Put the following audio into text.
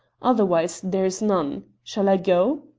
otherwise there is none. shall i go?